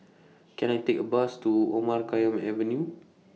Can I Take A Bus to Omar Khayyam Avenue